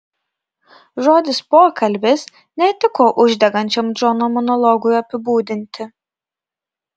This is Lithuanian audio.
žodis pokalbis netiko uždegančiam džono monologui apibūdinti